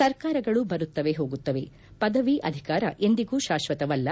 ಸರ್ಕಾರಗಳು ಬರುತ್ತವೆ ಹೋಗುತ್ತವೆ ಪದವಿ ಅಧಿಕಾರ ಎಂದಿಗೂ ಶಾಕ್ವತವಲ್ಲ